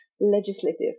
legislative